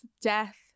death